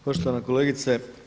Poštovana kolegice.